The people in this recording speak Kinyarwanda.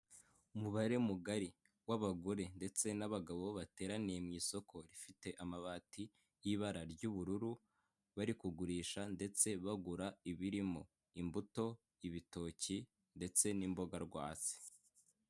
Umubare mugari w'abagore ndetse n'abagabo bateraniye mu isoko rifite amabati y'ibara ry'ubururu bari kugurisha ndetse bagura ibirimo: imbuto, ibitoki, ndetse n'imbogarwatsi.